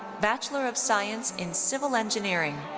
bachelor of science in civil engineering.